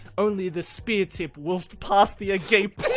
only the speartip willt pass the agape